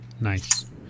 nice